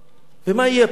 ומה יהיה פה, אדוני,